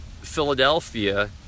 Philadelphia